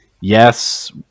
yes